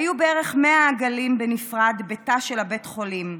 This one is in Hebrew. היו בערך 100 עגלים בנפרד בתא של בית חולים,